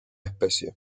especie